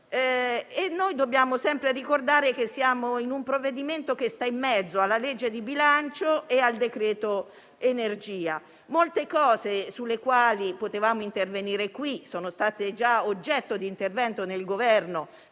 Dobbiamo sempre ricordare che siamo in un provvedimento che sta in mezzo alla legge di bilancio e al decreto-legge energia. Molte questioni sulle quali potevamo intervenire qui sono state già oggetto di intervento del Governo